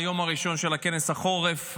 ביום הראשון של כנס החורף,